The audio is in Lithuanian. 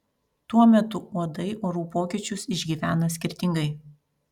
tuo metu uodai orų pokyčius išgyvena skirtingai